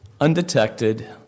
undetected